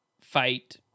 fight